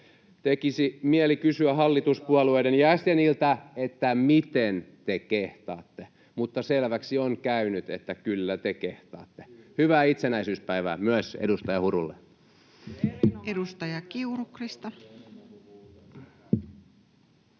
Tekisi mieli kysyä hallituspuolueiden jäseniltä, miten te kehtaatte, mutta selväksi on käynyt, että kyllä te kehtaatte. Hyvää itsenäisyyspäivää myös edustaja Hurulle. [Petri Huru: